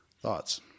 Thoughts